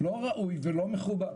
לא ראוי ולא מכובד.